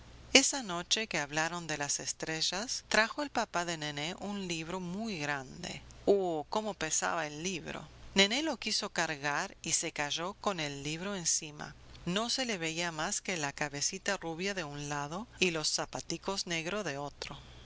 esa noche que hablaron de las estrellas trajo el papá de nené un libro muy grande oh cómo pesaba el libro nené lo quiso cargar y se cayó con el libro encima no se le veía más que la cabecita rubia de un lado y los zapaticos negros de otro